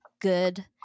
good